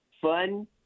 Fun